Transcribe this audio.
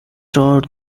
throughout